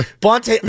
Bonte